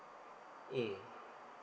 mm